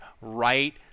right